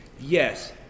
Yes